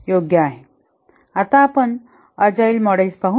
आता आपण agile models पाहू